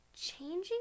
changing